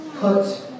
Put